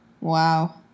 Wow